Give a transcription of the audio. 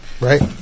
right